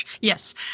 Yes